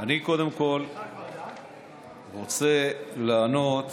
אני קודם כול רוצה לענות